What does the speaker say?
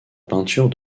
peinture